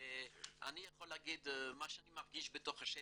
ואני יכול להגיד מה שאני מרגיש בתוך השטח.